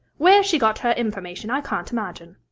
where she got her information i can't imagine.